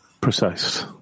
precise